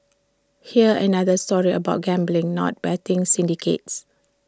here's another story about gambling not betting syndicates